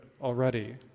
already